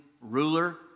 ruler